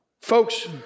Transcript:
Folks